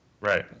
Right